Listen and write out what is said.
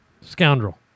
Scoundrel